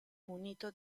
munito